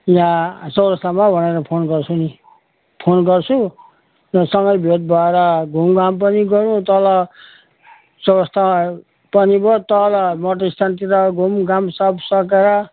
यहाँ चौरास्तामा भनेर फोन गर्छु नि फोन गर्छु र सँगै भेट भएर घुमघाम पनि गरौँ तल चौरस्तामा पनि भयो तल मोटर स्ट्यान्डतिर घुमघाम सब सकेर